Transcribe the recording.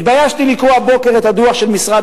התביישתי לקרוא הבוקר את הדוח של משרד